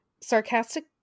sarcastic